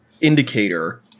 indicator